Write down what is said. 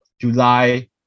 july